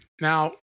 Now